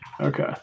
Okay